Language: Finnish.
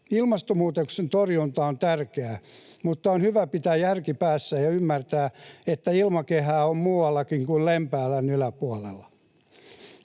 Ilmastonmuutoksen torjunta on tärkeää, mutta on hyvä pitää järki päässä ja ymmärtää, että ilmakehää on muuallakin kuin Lempäälän yläpuolella.